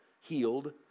healed